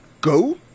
Go